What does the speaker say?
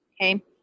Okay